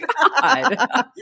God